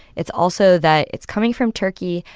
it's also that it's coming from turkey.